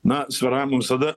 na svyravimų visada